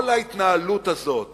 כל ההתנהלות הזאת